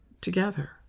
together